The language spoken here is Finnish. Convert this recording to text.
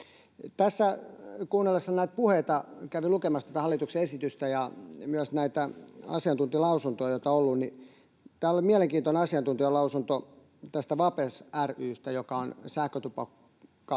Tässä kuunnellessa näitä puheita kävin lukemassa tätä hallituksen esitystä ja myös näitä asiantuntijalausuntoja, joita on ollut. Täällä oli mielenkiintoinen asiantuntijalausunto Vapers Finland ry:stä, joka on tämmöinen